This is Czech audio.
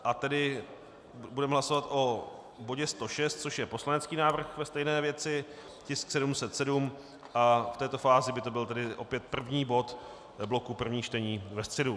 A tedy budeme hlasovat o bodě 106, což je poslanecký návrh ve stejné věci, tisk 707, a v této fázi by to byl opět první bod bloku prvních čtení ve středu.